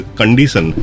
condition